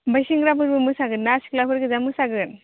आमफ्राय सेंग्राफोरबो मोसागोन्ना सिख्लाफोर गोजा मोसागोन